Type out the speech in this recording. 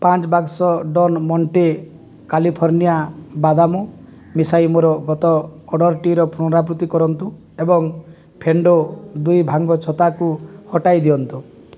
ପାଞ୍ଚ ବାକ୍ସ Don Monte California ବାଦାମ ମିଶାଇ ମୋର ଗତ ଅର୍ଡ଼ର୍ଟିର ପୁନରାବୃତ୍ତି କରନ୍ତୁ ଏବଂ ଫେଣ୍ଡୋ ଦୁଇ ଭାଙ୍ଗ ଛତାକୁ ହଟାଇ ଦିଅନ୍ତୁ